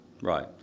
Right